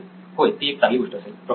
नितीन होय ती एक चांगली गोष्ट असेल